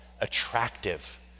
attractive